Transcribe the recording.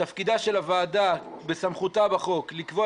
תפקידה של הוועדה וסמכותה בחוק לקבוע